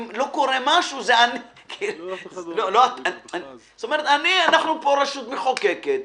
אנחנו פה רשות מחוקקת.